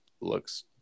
looks